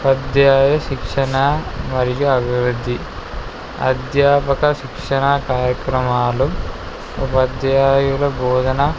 ఉపాధ్యాయు శిక్షణ మరియు అభివృద్ధి అధ్యాపక శిక్షణ కార్యక్రమాలు ఉపాధ్యాయుల బోధన